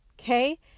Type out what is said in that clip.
okay